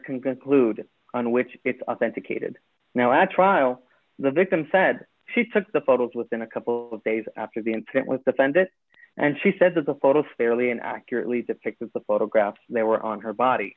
conclude on which it's authenticated now at trial the victim said she took the photos within a couple of days after the incident with the fence and she said that the photos fairly and accurately depicted the photographs there were on her body